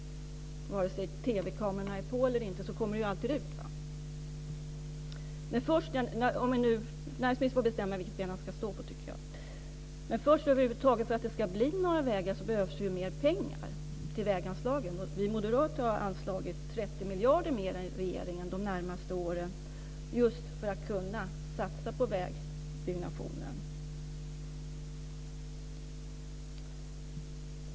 Vare sig TV-kamerorna är på eller inte kommer det ju alltid ut. Näringsministern får bestämma vilket ben han ska stå på, tycker jag. Men för att det över huvud taget ska bli några vägar behövs det ju mer pengar till väganslagen. Vi moderater har anslagit 30 miljarder kronor mer än regeringen de närmaste åren just för att kunna satsa på vägbyggnationen.